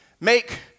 make